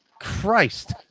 Christ